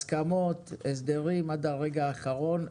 הסכמות, הסדרים, עד הרגע האחרון.